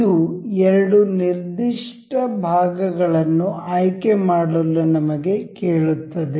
ಇದು ಎರಡು ನಿರ್ದಿಷ್ಟ ಭಾಗಗಳನ್ನು ಆಯ್ಕೆ ಮಾಡಲು ನಮಗೆ ಕೇಳುತ್ತದೆ